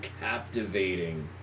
captivating